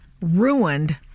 ruined